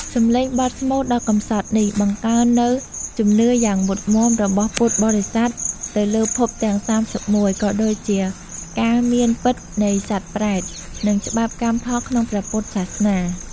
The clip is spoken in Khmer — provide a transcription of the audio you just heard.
សំឡេងបទស្មូតដ៏កម្សត់នេះ បង្កើននូវ ជំនឿយ៉ាងមុតមាំ របស់ពុទ្ធបរិស័ទទៅលើភពទាំង ៣១ ក៏ដូចជាការមានពិតនៃសត្វប្រេត និងច្បាប់កម្មផលក្នុងព្រះពុទ្ធសាសនា។